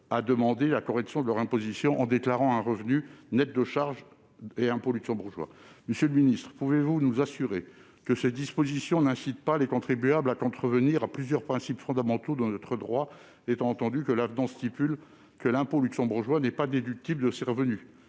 à demander la correction de leur imposition en déclarant un revenu net de charges et impôts luxembourgeois. Monsieur le secrétaire d'État, pouvez-vous nous assurer que ces dispositions n'incitent pas les contribuables à contrevenir à plusieurs principes fondamentaux de notre droit ? L'avenant stipule que l'impôt luxembourgeois n'est pas déductible des revenus.